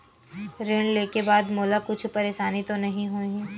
ऋण लेके बाद मोला कुछु परेशानी तो नहीं होही?